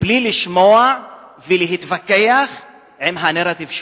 בלי לשמוע ולהתווכח עם הנרטיב שלו?